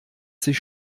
sich